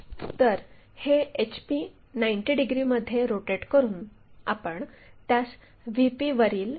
तर हे HP 90 डिग्रीमध्ये रोटेट करून आपण त्यास VP वरील प्लेनमध्ये आणतो